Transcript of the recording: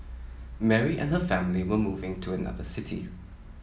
Mary and her family were moving to another city